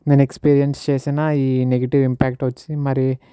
నేను ఎక్స్పీరియన్స్ చేసిన ఈ నెగిటివ్ ఇంపాక్ట్ వచ్చి మరి